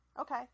okay